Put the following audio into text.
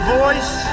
voice